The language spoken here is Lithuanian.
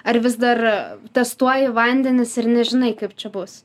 ar vis dar testuoji vandenis ir nežinai kaip čia bus